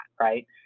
right